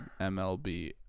MLB